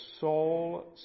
soul